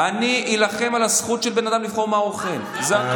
אף אחד לא, אני רוצה להגיד לך, חבר הכנסת סובה.